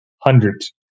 hundreds